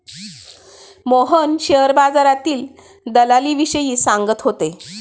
Mohan share बाजारातील दलालीविषयी सांगत होते